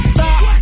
Stop